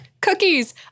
cookies